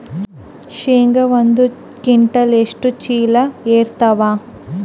ಶೇಂಗಾ ಒಂದ ಕ್ವಿಂಟಾಲ್ ಎಷ್ಟ ಚೀಲ ಎರತ್ತಾವಾ?